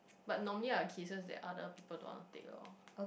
but normally are cases that other people don't want to take oh